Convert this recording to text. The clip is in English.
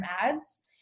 ads